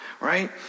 right